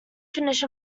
finish